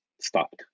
stopped